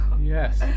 yes